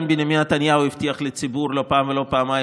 גם בנימין נתניהו הבטיח לציבור לא פעם ולא פעמיים